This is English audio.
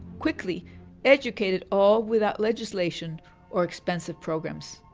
quickly educated all without legislation or expensive programs.